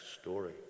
story